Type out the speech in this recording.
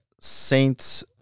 Saints